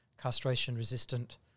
castration-resistant